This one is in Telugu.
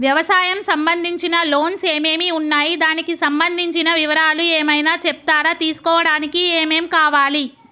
వ్యవసాయం సంబంధించిన లోన్స్ ఏమేమి ఉన్నాయి దానికి సంబంధించిన వివరాలు ఏమైనా చెప్తారా తీసుకోవడానికి ఏమేం కావాలి?